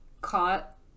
caught